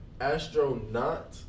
astronaut